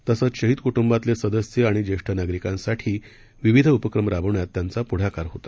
तसंच शहीद कुटुंबातले सदस्य आणि ज्येष्ठ नागरिकांसाठी विविध उपक्रम राबवण्यात त्यांचा पुढाकार होता